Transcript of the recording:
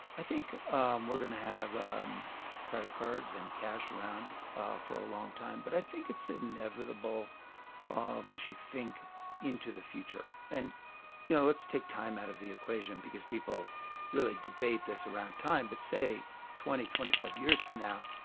i think um we're going to have um credit cards and cash around for a long time. but i think it's inevitable um as you think into the future. and you know let's take time out of the equation, because people really debate this around time, but say twenty, twenty five years from now,